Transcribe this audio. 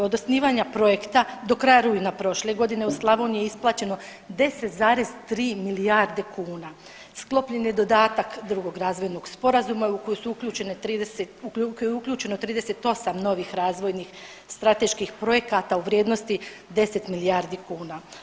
Od osnivanja projekta do kraja rujna prošle godine u Slavoniji je isplaćeno 10,3 milijarde kuna, sklopljen je dodatak drugog razvojnog sporazuma u koji su uključeno 38 novih razvojnih strateških projekata u vrijednosti 10 milijardi kuna.